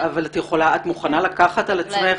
את מוכנה לקחת על עצמך